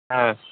হ্যাঁ